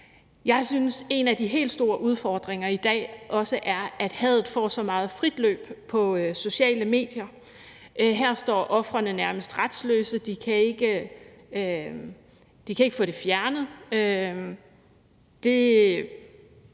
Jeg synes, at en af de helt store udfordringer i dag også er, at hadet får så meget frit løb på de sociale medier. Her står ofrene nærmest retsløse; de kan ikke få ytringerne